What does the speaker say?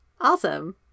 Awesome